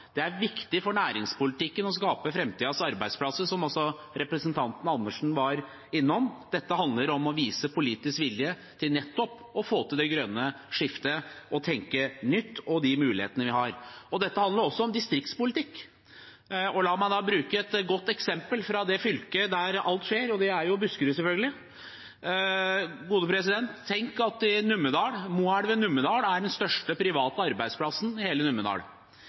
Det er viktig for næringspolitikken å skape framtidens arbeidsplasser, som også representanten Andersen var innom. Dette handler om å vise politisk vilje til nettopp å få til det grønne skiftet og tenke nytt og de mulighetene vi har. Dette handler også om distriktspolitikk. La meg bruke et godt eksempel fra det fylket der alt skjer, og det er Buskerud, selvfølgelig. Moelven Numedal er den største private arbeidsplassen i